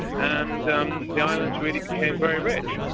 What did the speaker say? and um the islands really became very rich,